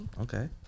Okay